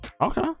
Okay